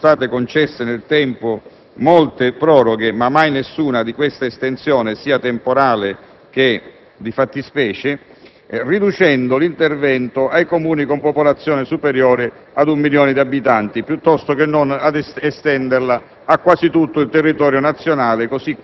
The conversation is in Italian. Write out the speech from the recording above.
alla dizione originaria per cui sono state concesse nel tempo molte proroghe, ma mai nessuna di estensione temporale o di fattispecie, riducendo l'intervento nei Comuni con popolazione superiore ad un milione di abitanti, piuttosto che estenderlo